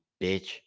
bitch